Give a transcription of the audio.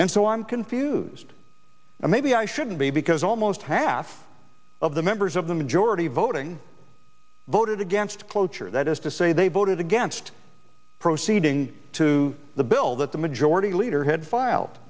and so i'm confused and maybe i shouldn't be because almost half of the members of the majority voting voted against cloture that is to say they voted against proceeding to the bill that the majority leader had filed